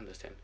understand